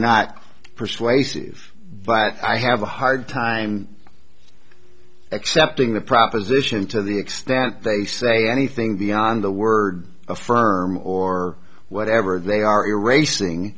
not persuasive but i have a hard time accepting the proposition to the extent they say anything beyond the word affirm or whatever they are erasing